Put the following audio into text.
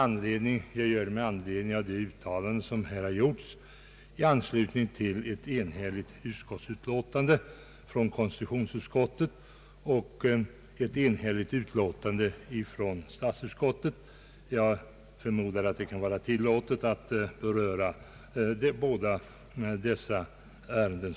Jag gör det med anledning av de uttalanden som i dag har gjorts i anslutning till ett enhälligt utlåtande av konstitutionsutskottet och ett likaså enhälligt utlåtande av statsutskottet. Jag förmodar att det må vara tillåtet att beröra båda dessa utlåtan den.